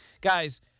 guys